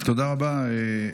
תודה רבה.